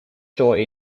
store